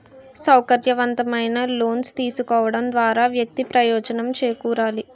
సౌకర్యవంతమైన లోన్స్ తీసుకోవడం ద్వారా వ్యక్తి ప్రయోజనం చేకూరాలి